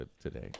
today